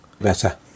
better